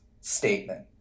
statement